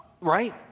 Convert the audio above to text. Right